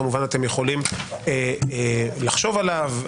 כמובן אתם יכולים לחשוב עליו,